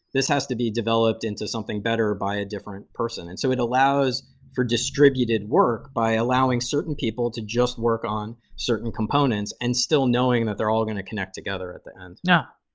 this has to be developed into something better by a different person. and so it allows for distributed work by allowing certain people to just work on certain components and still knowing that they're all going to connect together at the end yeah.